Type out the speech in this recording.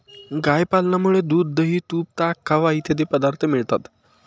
गाय पालनामुळे दूध, दही, तूप, ताक, खवा इत्यादी पदार्थ मिळतात